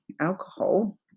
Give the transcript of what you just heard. alcohol